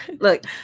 Look